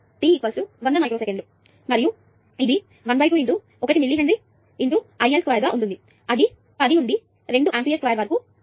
మరియు ఇది ½ 1 milli henry IL 2 గా ఉంటుంది అది 10 నుండి 2 ఆంపియర్ స్క్వేర్ వరకు ఉంటుంది